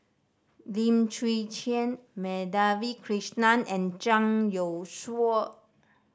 Lim Chwee Chian Madhavi Krishnan and Zhang Youshuo